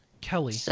Kelly